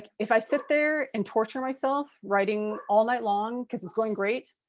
if i sit there and torture myself, writing all night long because it's going great,